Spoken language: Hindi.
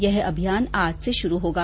यह अभियान आज से शुरू होगा